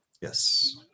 yes